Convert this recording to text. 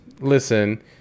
Listen